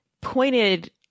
pointed